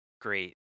Great